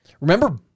Remember